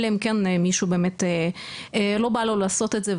אלא אם כן מישהו באמת לא בא לו לעשות את זה,